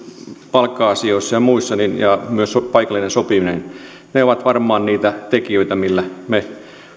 palkka asioissa ja muissa ja myös paikallinen sopiminen ovat varmaan niitä tekijöitä millä me